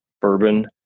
bourbon